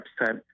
upset